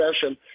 session